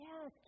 Yes